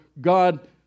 God